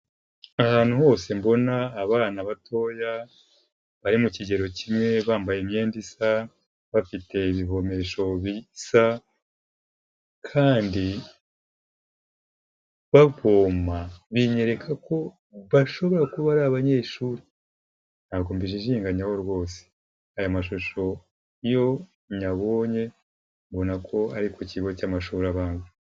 Ahantu hose mbona abana batoya bari mu kigero kimwe bambaye imyenda isa, bafite ibivomesho bisa kandi bavoma, binyereka ko bashobora kuba ari abanyeshuri, ntabwo mbijijinganyaho rwose, aya mashusho iyo nyabonye mbona ko ari ku kigo cy'amashuri abanza.